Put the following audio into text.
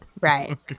right